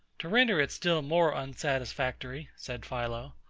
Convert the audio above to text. to render it still more unsatisfactory, said philo,